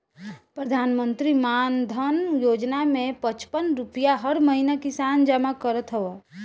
प्रधानमंत्री मानधन योजना में पचपन रुपिया हर महिना किसान जमा करत हवन